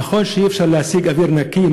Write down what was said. נכון שאי-אפשר להשיג אוויר נקי,